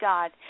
God